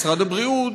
משרד הבריאות,